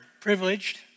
privileged